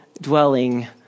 dwelling